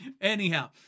Anyhow